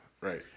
right